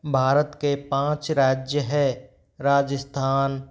भारत के पाँच राज्य हैं राजस्थान